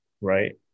right